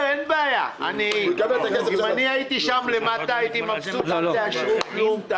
הם שם צריכים לדאוג שהנערים והנערות האלה לא יסתובבו ברחובות,